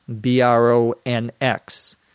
B-R-O-N-X